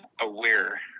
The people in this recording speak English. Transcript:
aware